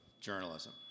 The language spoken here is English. journalism